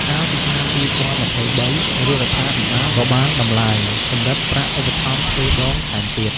កាលពីឆ្នាំ២០២៣ រាជរដ្ឋាភិបាលក៏បានដំឡើងកម្រិតប្រាក់ឧបត្ថម្ភទ្វេដងថែមទៀត។